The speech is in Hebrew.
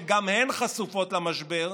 שגם הן חשופות למשבר,